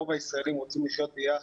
רוב הישראלים רוצים לחיות ביחד,